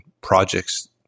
projects